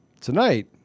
Tonight